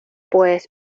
pues